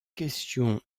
question